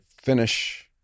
finish